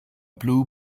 blue